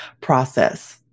process